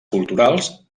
culturals